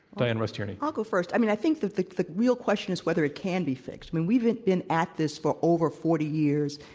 diann rust tierney. i'l l go first. i mean, i think that the the real question is whether it can be fixed. i mean, we've been at this for over forty years.